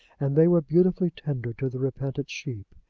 and they were beautifully tender to the repentant sheep.